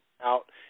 out